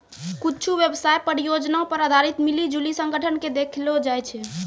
कुच्छु व्यवसाय परियोजना पर आधारित मिली जुली संगठन के देखैलो जाय छै